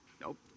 Nope